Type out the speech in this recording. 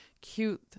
cute